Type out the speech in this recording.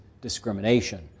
discrimination